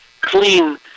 clean